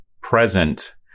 present